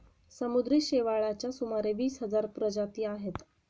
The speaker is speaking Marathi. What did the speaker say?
समुद्री शेवाळाच्या सुमारे वीस हजार प्रजाती आहेत